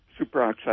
superoxide